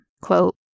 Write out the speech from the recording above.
quote